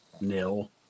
nil